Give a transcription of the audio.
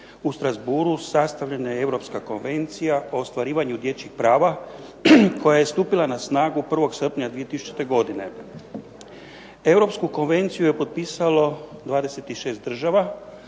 u Strassbourgu sastavljena je Europska konvencija o ostvarivanju dječjih prava koja je stupila na snagu 1. srpnja 2000. godine. Europsku konvenciju je potpisalo 26 država,